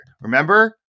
Remember